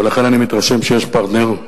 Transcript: ולכן אני מתרשם שיש פרטנר,